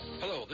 Hello